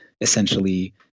essentially